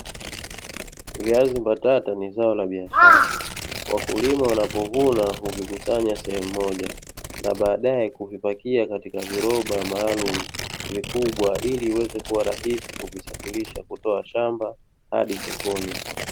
Viazi mbatata ni zao la biashara, wakulima wanapovuna huvikusanya sehemu moja na baadae kuvipakia katika viroba maalumu vikubwa ili iweze kuwa rahisi kuvisafirisha kutoa shamba hadi sokoni.